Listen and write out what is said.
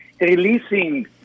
releasing